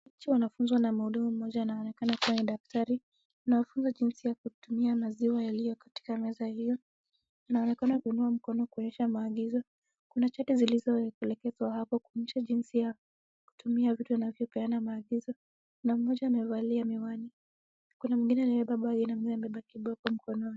Picha inaonyesha wanafunzi na mhudumu mmoja wao anaonekana kuwa ni daktari anawafunza jinsi ya kutumia maziwa yaliyo katika meza hiyo. Anaonekana kuinua mkono kuonyesha maagizo, kuna shahada zilizoelekezwa hapo kuonyesha jinsi ya kutumia vitu anavyopeana maagizo .Kuna mmoja alieyavalia miwani, kuna mwingine aliyevaa barakoa na mwingine amebeba kibao mkononi.